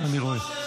אני רואה.